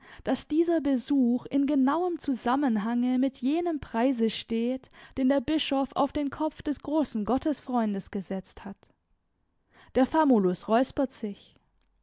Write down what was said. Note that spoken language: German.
daß dieser besuch in genauem zusammenhange mit jenem preise steht den der bischof auf den kopf des großen gottesfreundes gesetzt hat der famulus räuspert sich